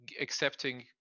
accepting